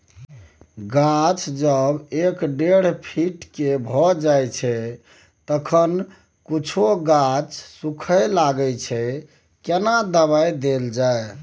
गाछ जब एक डेढ फीट के भ जायछै तखन कुछो गाछ सुखबय लागय छै केना दबाय देल जाय?